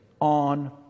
on